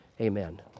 amen